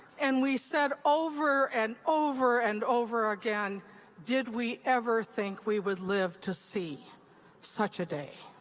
and we said over and over and over again did we ever think we would live to see such a day?